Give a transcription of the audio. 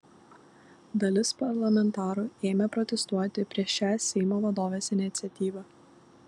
dalis parlamentarų ėmė protestuoti prieš šią seimo vadovės iniciatyvą